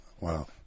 Wow